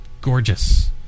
gorgeous